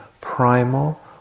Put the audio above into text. primal